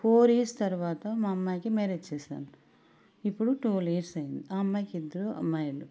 four years తర్వాత మా అమ్మాయికి మ్యారేజ్ చేశాను ఇప్పుడు ట్యువల్ ఇయర్స్ అయ్యింది ఆ అమ్మాయికి ఇద్దరు అమ్మాయిలు